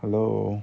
hello